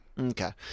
Okay